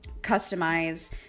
customize